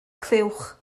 clywch